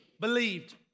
believed